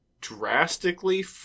drastically